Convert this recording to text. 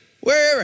wherever